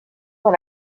dans